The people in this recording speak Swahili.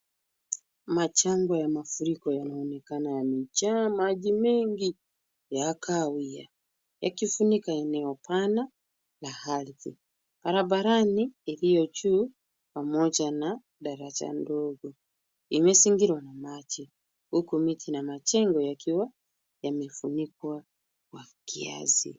Majanga ya mafuriko yanaonekana yamejaa maji mengi ya kahawia ,yakifunika eneo pana la ardhi. Barabarani iliyo juu pamoja na daraja ndogo imezingirwa na maji huku miti na majengo yakiwa yamefunikwa kwa kiasi.